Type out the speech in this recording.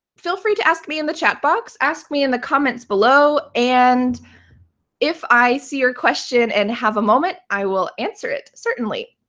feel free to ask me in the chat box, ask me in the comments below. and if i see your question and have a moment, i will answer it, certainly.